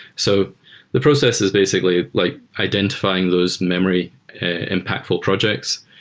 so the process is basically like identifying those memory impactful projects,